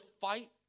fight